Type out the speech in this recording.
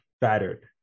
battered